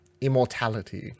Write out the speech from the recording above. immortality